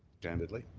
candidly.